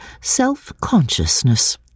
self-consciousness